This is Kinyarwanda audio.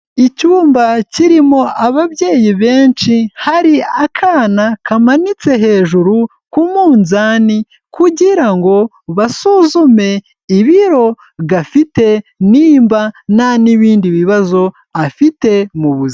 Icyumba kirimo ababyeyi benshi. Hari akana kamanitse hejuru ku munzani, kugira ngo basuzume ibiro gafite n'iba nta n'ibindi bibazo afite mu buzima.